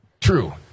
True